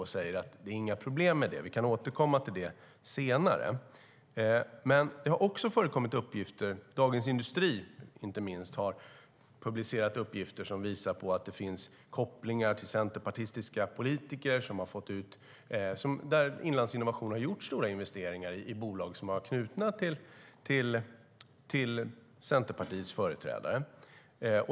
Hon sade att det inte är något problem och att vi kan återkomma till det senare. Det har också förekommit uppgifter, inte minst i Dagens Industri, som visar på kopplingar till centerpartistiska politiker och att Inlandsinnovation har gjort stora investeringar i bolag knutna till Centerpartiets företrädare.